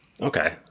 Okay